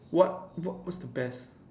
what what what's the best